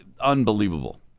unbelievable